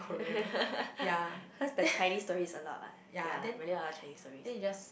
cause the Chinese tourist a lot [what] yeah really a lot of Chinese tourist